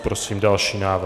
Prosím další návrh.